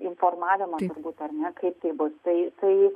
informavimą būt ar ne kaip bus tai tai